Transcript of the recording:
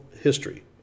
history